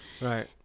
Right